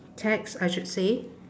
tags I should say